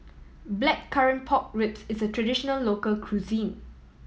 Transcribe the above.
Blackcurrant Pork Ribs is a traditional local cuisine